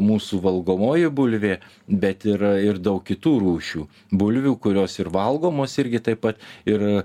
mūsų valgomoji bulvė bet yra ir daug kitų rūšių bulvių kurios ir valgomos irgi taip pat ir